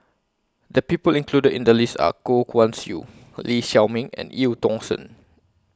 The People included in The list Are Goh Guan Siew Lee Shao Meng and EU Tong Sen